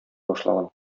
башлаган